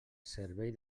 servei